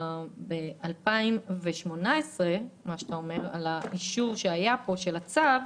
ב-2018 היה אישור של הצו.